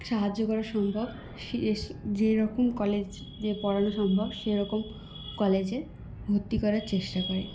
সাহায্য করা সম্ভব সে যেরকম কলেজে পড়ানো সম্ভব সেরকম কলেজে ভর্তি করার চেষ্টা করে